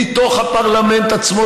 מתוך הפרלמנט עצמו,